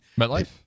MetLife